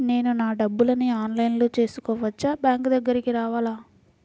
నేను నా డబ్బులను ఆన్లైన్లో చేసుకోవచ్చా? బ్యాంక్ దగ్గరకు రావాలా?